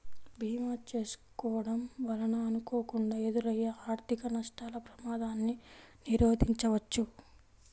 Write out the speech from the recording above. భీమా చేసుకోడం వలన అనుకోకుండా ఎదురయ్యే ఆర్థిక నష్టాల ప్రమాదాన్ని నిరోధించవచ్చు